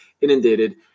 inundated